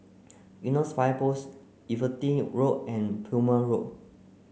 Eunos Fire Post Everitt Road and Plumer Road